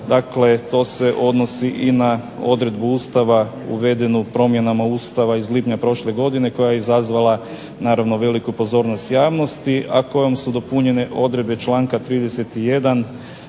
Dakle, to se odnosi i na odredbu Ustava uvedenu promjenama Ustava iz lipnja prošle godina koja je izazvala naravno veliku pozornost javnosti, a kojom su dopunjene odredbe članka 31.